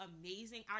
amazing